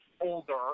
older